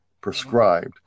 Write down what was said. prescribed